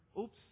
oops